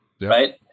right